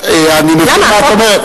אני מבין מה את אומרת.